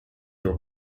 your